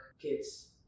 kids